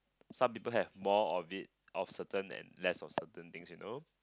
some people have more of it of certain and less of certain things you know